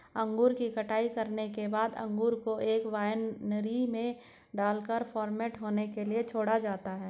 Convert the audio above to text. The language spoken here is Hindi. अंगूर की कटाई करने के बाद अंगूर को एक वायनरी में डालकर फर्मेंट होने के लिए छोड़ा जाता है